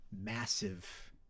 massive